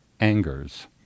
angers